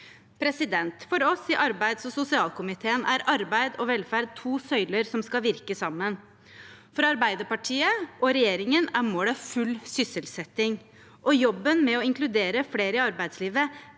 høst. For oss i arbeids- og sosialkomiteen er arbeid og velferd to søyler som skal virke sammen. For Arbeiderpartiet og regjeringen er målet full sysselsetting, og jobben med å inkludere flere i arbeidslivet